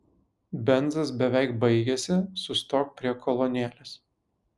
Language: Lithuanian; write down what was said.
benzas beveik baigėsi sustok prie kolonėlės